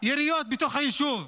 יריות בתוך היישוב.